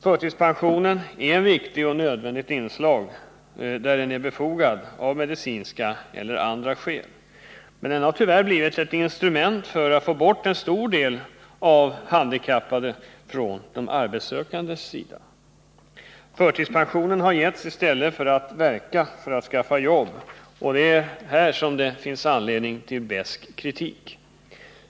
Förtidspensionen är ett viktigt och nödvändigt inslag där den är befogad av medicinska eller andra skäl. Men den har tyvärr blivit ett instrument för att få bort en stor del av handikappade från de arbetssökandes sida. Man har gett förtidspension i stället för att verka för att skaffa jobb, och det är här som det finns anledning till besk kritik.